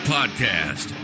Podcast